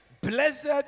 Blessed